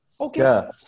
Okay